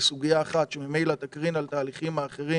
היא ממילא תקרין על התהליכים האחרים.